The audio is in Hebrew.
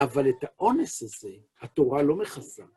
אבל את האונס הזה התורה לא מכסה.